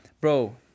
bro